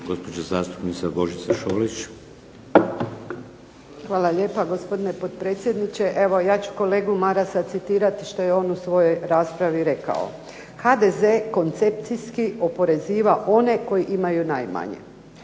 Hvala lijepo gospodine potpredsjedniče. Evo ja ću kolegu Marasa citirati što je on u svojoj raspravi rekao. "HDZ koncepcijski oporeziva one koji imaju najmanje".